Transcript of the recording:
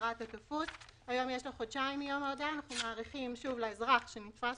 בגלל שאנחנו נמצאים בתקופה